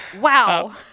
wow